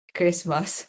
Christmas